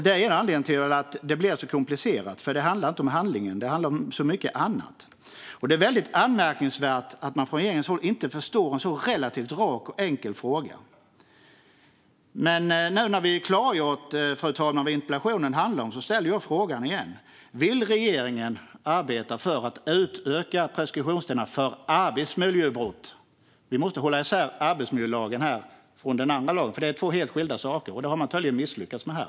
Det är en av anledningarna till att det blir så komplicerat. Det handlar inte om handlingen utan om så mycket annat. Det är väldigt anmärkningsvärt att man från regeringens håll inte förstår en sådan relativt rak och enkel fråga. Nu när vi klargjort vad interpellationen handlar om, fru talman, ställer jag frågan igen: Vill regeringen arbeta för att utöka preskriptionstiderna för arbetsmiljöbrott? Vi måste här hålla isär arbetsmiljölagen och annan lag. Det är två helt skilda saker. Det har man tydligen misslyckats med här.